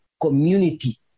community